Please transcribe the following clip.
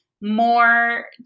more